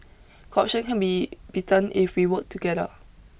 corruption can be beaten if we work together